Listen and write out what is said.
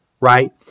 right